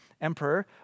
emperor